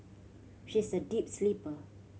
she is a deep sleeper